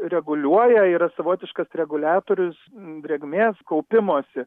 reguliuoja yra savotiškas reguliatorius drėgmės kaupimosi